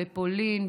בפולין,